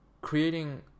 creating